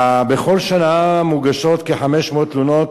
בכל שנה מוגשות כ-500 תלונות